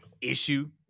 issue